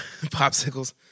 Popsicles